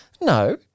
No